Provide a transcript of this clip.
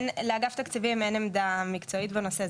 לאגף תקציבים אין עמדה מקצועית בנושא.